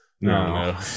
No